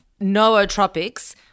nootropics